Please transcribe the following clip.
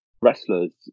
wrestlers